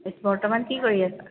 বৰ্তমান কি কৰি আছা